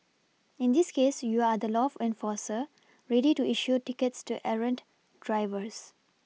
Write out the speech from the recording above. in this case you are the law enforcer ready to issue tickets to errant drivers